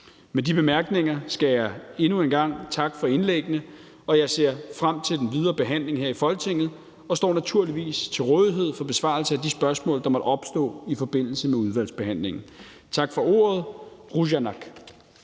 Med de bemærkninger skal jeg endnu en gang takke for indlæggene, og jeg ser frem til den videre behandling her i Folketinget og står naturligvis til rådighed for besvarelse af de spørgsmål, der måtte opstå i forbindelse med udvalgsbehandlingen. Tak for ordet.